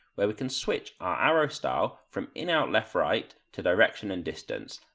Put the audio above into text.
where we can switch our arrow style from in out, left right to direction and distance.